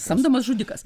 samdomas žudikas